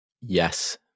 Yes